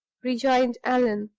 rejoined allan.